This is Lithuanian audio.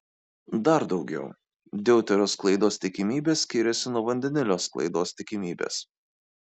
dar daugiau deuterio sklaidos tikimybė skiriasi nuo vandenilio sklaidos tikimybės